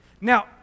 Now